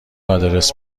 آدرس